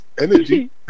energy